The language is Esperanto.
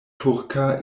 turka